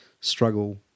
struggle